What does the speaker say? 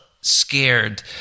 scared